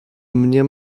mnie